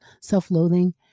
self-loathing